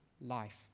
life